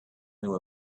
knew